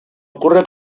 ocurre